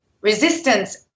resistance